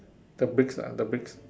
the bricks lah the bricks